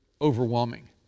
overwhelming